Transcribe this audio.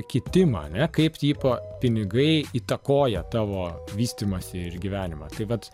kiti mane kaip tipo pinigai įtakoja tavo vystymasį ir gyvenimą tai vat